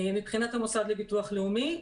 מבחינת המוסד לביטוח לאומי.